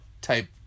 type